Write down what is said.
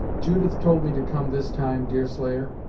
judith told me to come this time, deerslayer,